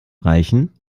reichen